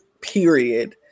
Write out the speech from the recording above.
period